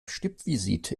stippvisite